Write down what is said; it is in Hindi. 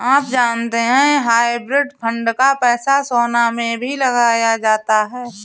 आप जानते है हाइब्रिड फंड का पैसा सोना में भी लगाया जाता है?